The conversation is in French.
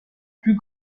plus